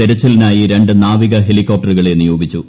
തെരച്ചിലിനായി രണ്ട് നാവിക് ഹ്ലെലികോപ്റ്ററുകളെ നിയോഗിച്ചു